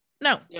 no